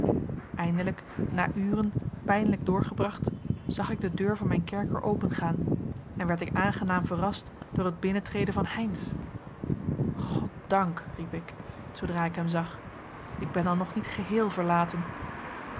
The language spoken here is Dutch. eindelijk na uren pijnlijk doorgebracht zag ik de deur van mijn kerker opengaan en werd ik aangenaam verrast door het binnentreden van heynsz goddank riep ik zoodra ik hem zag ik ben dan nog niet geheel verlaten